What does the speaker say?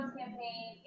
campaign